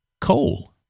Coal